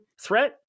threat